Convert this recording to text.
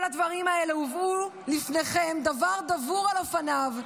כל הדברים האלה הובאו לפניכם דבר דבור על אופניו,